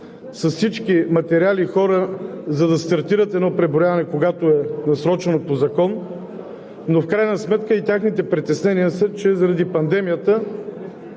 с всички материали, с хора, за да стартират едно преброяване, когато е насрочено по закон, но в крайна сметка техните притеснения са, че заради пандемията